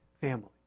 family